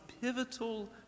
pivotal